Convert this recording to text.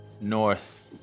north